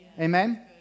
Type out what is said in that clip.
Amen